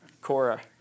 Cora